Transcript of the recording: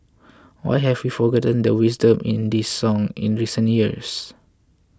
why have we forgotten the wisdom in this song in recent years